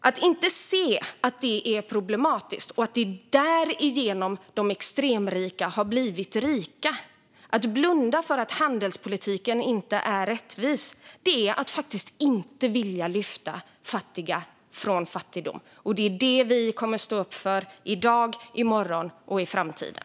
Att inte se att detta är problematiskt, att det är därigenom de extremrika har blivit rika, att blunda för att handelspolitiken inte är rättvis, är att inte vilja lyfta fattiga ur fattigdom. Det är vad vi kommer att stå upp för i dag, i morgon och i framtiden.